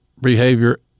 behavior